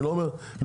אני לא אומר לא,